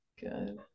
Good